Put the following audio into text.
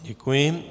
Děkuji.